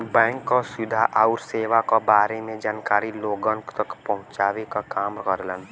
bank क सुविधा आउर सेवा क बारे में जानकारी लोगन तक पहुँचावे क काम करेलन